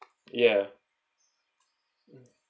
yeah